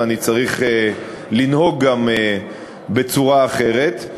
ואני צריך לנהוג גם בצורה אחרת.